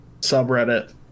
subreddit